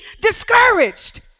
discouraged